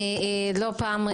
אני נפגשתי לא פעם,